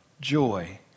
joy